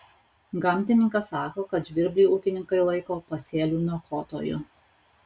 gamtininkas sako kad žvirblį ūkininkai laiko pasėlių niokotoju